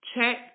check